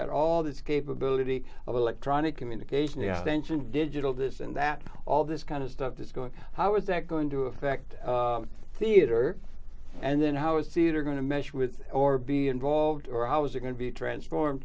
got all this capability of electronic communication tension digital this and that all this kind of stuff that's going how is that going to affect theater and then how it's either going to mesh with or be involved or how's it going to be transform